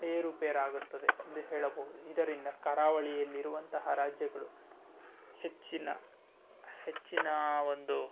ಏರುಪೇರಾಗುತ್ತದೆ ಎಂದು ಹೇಳಬಹುದು ಇದರಿಂದ ಕರಾವಳಿಯಲ್ಲಿರುವಂತಹ ರಾಜ್ಯಗಳು ಹೆಚ್ಚಿನ ಹೆಚ್ಚಿನ ಒಂದು